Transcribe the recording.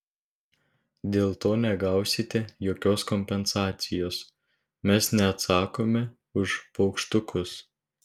dėl to negausite jokios kompensacijos mes neatsakome už paukštukus